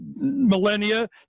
millennia